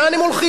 לאן הם הולכים,